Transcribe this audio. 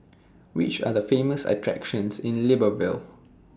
Which Are The Famous attractions in Libreville